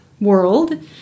world